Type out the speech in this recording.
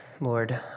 Lord